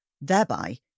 thereby